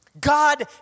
God